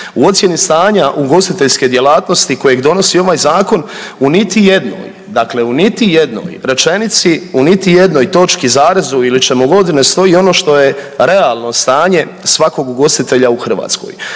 U ocjeni stanja ugostiteljske djelatnosti kojeg donosi ovaj zakon u niti jednoj, dakle u niti jednoj rečenici, u niti jednoj točki, zarezu ili čemu god ne stoji ono što je realno stanje svakog ugostitelja u Hrvatskoj,